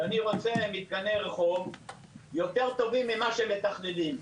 שאני רוצה מתקני רחוב יותר טובים ממה שמתכננים.